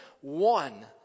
one